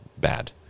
bad